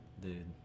dude